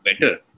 better